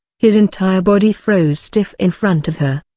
his entire body froze stiff in front of her.